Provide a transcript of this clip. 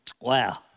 Wow